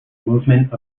movement